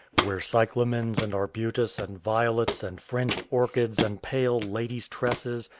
where cyclamens and arbutus and violets and fringed orchids and pale lady's-tresses,